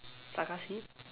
saga seed